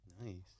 Nice